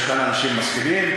יש כאן אנשים משכילים,